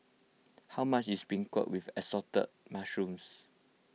how much is Beancurd with Assorted Mushrooms